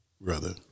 brother